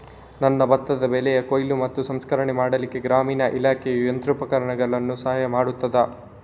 ನನ್ನ ಭತ್ತದ ಬೆಳೆಯ ಕೊಯ್ಲು ಮತ್ತು ಸಂಸ್ಕರಣೆ ಮಾಡಲಿಕ್ಕೆ ಗ್ರಾಮೀಣ ಇಲಾಖೆಯು ಯಂತ್ರೋಪಕರಣಗಳ ಸಹಾಯ ಮಾಡುತ್ತದಾ?